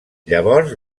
llavors